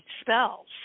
spells